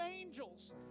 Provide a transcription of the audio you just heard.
angels